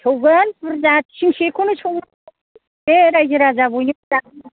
सौगोन बुरजा थिंसेखौनो सौगोन बे रायजो राजा बयनोबो जाहोनांगौ